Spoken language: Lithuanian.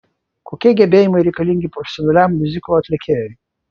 kokie gebėjimai reikalingi profesionaliam miuziklo atlikėjui